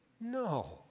No